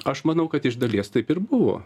aš manau kad iš dalies taip ir buvo